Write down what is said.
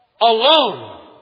Alone